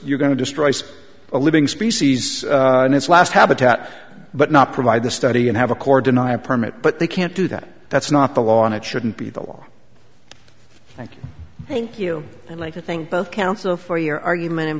you're going to destroy a living species and it's last habitat but not provide the study and have a core deny a permit but they can't do that that's not the law and it shouldn't be the law thank you thank you i'd like to thank both council for your argument